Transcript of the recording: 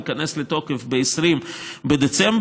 הוא ייכנס לתוקף ב-20 בדצמבר,